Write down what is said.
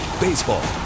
Baseball